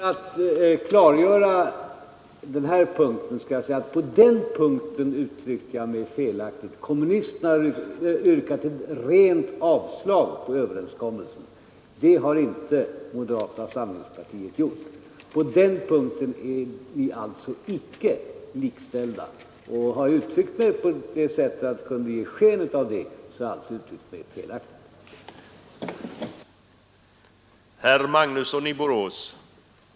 Herr talman! För att klargöra skall jag säga, att på den punkten uttryckte jag mig felaktigt. Kommunisterna har yrkat rent avslag på Överenskommelsen, det har inte moderata samlingspartiet gjort. I det avseendet är de alltså icke likställda. Har jag uttryckt mig så att det kunde ge detta sken, då har jag uttryckt mig felaktigt.